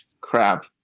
Crap